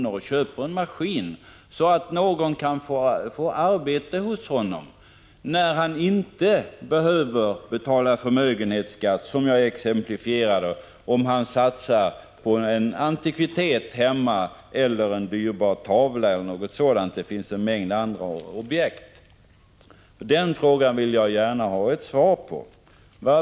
och köper en maskin så att någon kan få arbete hos honom, när han inte behöver betala förmögenhetsskatt, som jag exemplifierade, om han satsar på en antikvitet att ha hemma, en dyrbar tavla eller dylikt? Det finns en mängd andra objekt som man kan satsa på. Den frågan vill jag ha ett svar på.